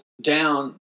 down